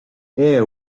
air